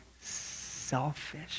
Selfish